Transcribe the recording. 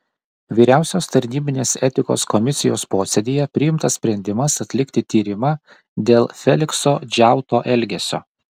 vyriausios tarnybinės etikos komisijos posėdyje priimtas sprendimas atlikti tyrimą dėl felikso džiauto elgesio